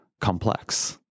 complex